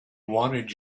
wanted